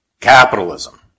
capitalism